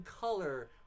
color